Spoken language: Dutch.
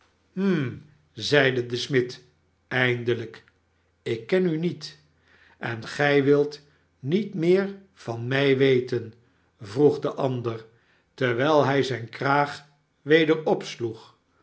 hm zeide de smid eindelijk ik ken u niet en gij wilt niet meer van mij weten vroeg de ander terwijl hij zijn kraag weder opsloeg